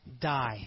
die